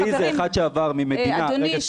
חברים --- פליט זה אחד שעבר ממדינה אחרת --- אדוני,